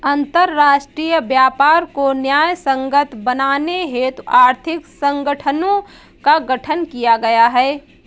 अंतरराष्ट्रीय व्यापार को न्यायसंगत बनाने हेतु आर्थिक संगठनों का गठन किया गया है